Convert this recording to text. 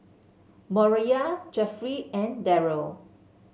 Moriah Jeffrey and Deryl